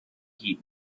heat